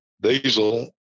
diesel